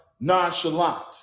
nonchalant